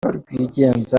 rwigenza